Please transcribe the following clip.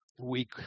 Week